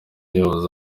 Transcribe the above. yavuze